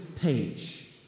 page